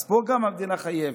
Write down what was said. אז פה גם המדינה חייבת.